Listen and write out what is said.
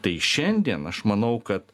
tai šiandien aš manau kad